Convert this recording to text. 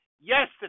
yesterday